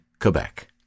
Quebec